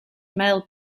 mail